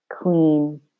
clean